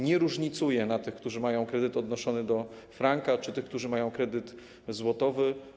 Nie różnicuje tych, którzy mają kredyty odnoszone do franka, i tych, którzy mają kredyty złotowe.